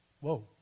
Whoa